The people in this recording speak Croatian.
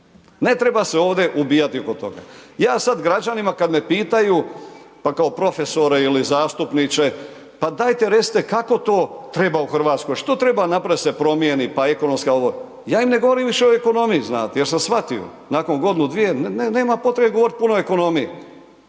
ne treba se ovdje ubijati oko toga. Ja sada građanima kada me pitaju, pa kao profesore ili zastupniče, pa dajte recite kako to treba u Hrvatskoj, što treba napraviti da se promijeni, pa ekonomska, ovo. Ja ne govorim više o ekonomije, jer sam shvatio, nakon godinu, dvije, nema potrebe puno govoriti o ekonomiji.